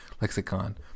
Lexicon